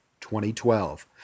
2012